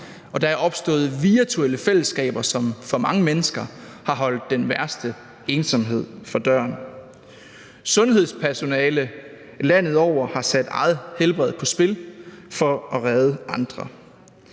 og der er opstået virtuelle fællesskaber, som for mange mennesker har holdt den værste ensomhed fra døren. Sundhedspersonale landet over har sat eget helbred på spil for at redde andre.